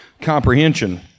comprehension